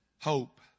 Hope